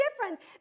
different